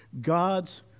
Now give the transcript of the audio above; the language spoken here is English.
God's